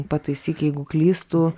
pataisyk jeigu klystu